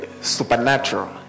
supernatural